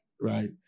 right